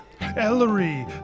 Ellery